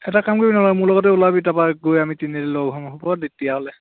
এটা কাম কৰিবি ন'হলে মোৰ লগতে ওলাবি তাৰপৰা গৈ আমি তিনিআলিত লগ হম আৰু হ'ব তেতিয়াহ'লে